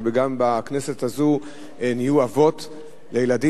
גם בכנסת הזו נהיו אבות לילדים.